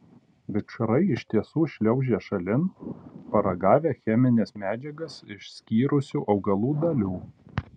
vikšrai iš tiesų šliaužia šalin paragavę chemines medžiagas išskyrusių augalų dalių